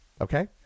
Okay